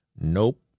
Nope